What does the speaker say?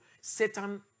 Satan